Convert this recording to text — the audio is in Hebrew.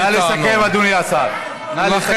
נא לסכם, אדוני השר.